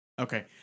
okay